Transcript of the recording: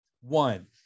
One